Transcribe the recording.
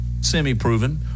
semi-proven